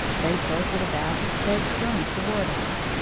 they circled about, heads turned toward us.